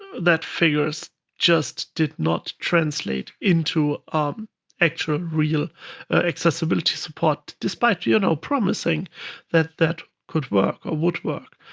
that figures just did not translate into um actual real accessibility support, despite you know promising that that could work or would work.